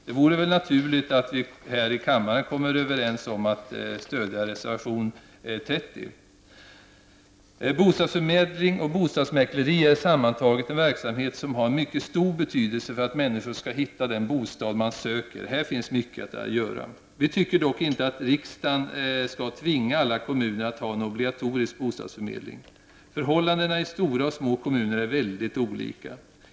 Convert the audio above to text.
Det vore naturligt att vi här i kammaren kom överens om att stödja reservation Bostadsförmedling och bostadsmäkleri är sammantaget en verksamhet som har en mycket stor betydelse för att människor skall hitta den bostad man söker. Här finns mycket att göra. Vi tycker dock inte att riksdagen skall tvinga alla kommuner att ha en obligatorisk bostadsförmedling. Förhållandena i stora och små kommuner är väldigt olika.